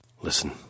Listen